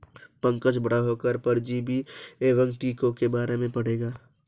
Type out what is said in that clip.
पंकज बड़ा होकर परजीवी एवं टीकों के बारे में पढ़ेगा